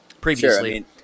previously